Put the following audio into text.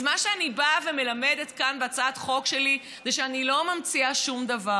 אז מה שאני באה ומלמדת כאן בהצעת החוק שלי זה שאני לא ממציאה שום דבר.